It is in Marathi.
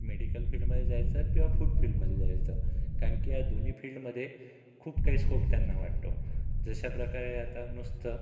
मेडिकल फील्डमधे जायचं किंवा फूड फील्डमधे जायचं कारण की या दोन्ही फील्डमधे खूप काही स्कोप त्यांना वाटतो जशाप्रकारे आता नुसतं